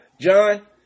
John